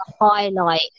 Highlight